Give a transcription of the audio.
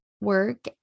work